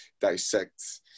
dissect